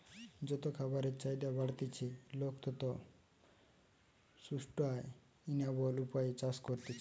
যত খাবারের চাহিদা বাড়তিছে, লোক তত সুস্টাইনাবল উপায়ে চাষ করতিছে